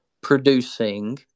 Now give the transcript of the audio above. producing